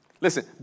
Listen